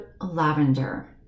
lavender